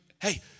Hey